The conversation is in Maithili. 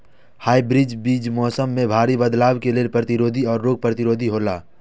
हाइब्रिड बीज मौसम में भारी बदलाव के लेल प्रतिरोधी और रोग प्रतिरोधी हौला